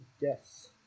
yes